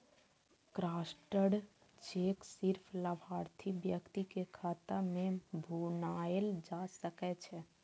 crossed cheque सिर्फ लाभार्थी व्यक्ति के खाता मे भुनाएल जा सकै छै